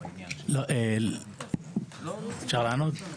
אפשר לענות?